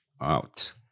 out